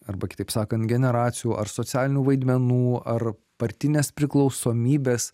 arba kitaip sakant generacijų ar socialinių vaidmenų ar partinės priklausomybės